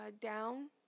down